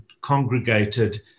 congregated